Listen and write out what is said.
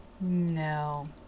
No